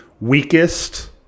weakest